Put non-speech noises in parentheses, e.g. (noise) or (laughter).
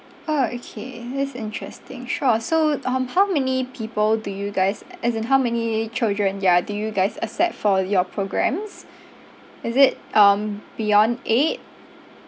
orh okay that's interesting sure so um how many people do you guys (noise) as in how many children ya do you guys accept for your programmes is it um beyond eight